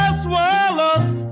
swallows